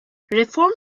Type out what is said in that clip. reform